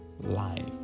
life